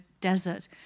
desert